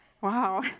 Wow